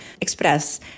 express